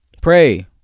Pray